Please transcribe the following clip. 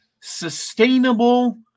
sustainable